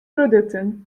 produkten